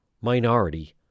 minority